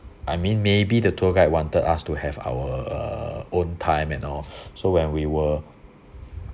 I mean maybe the tour guide wanted us to have our uh own time and all so when we were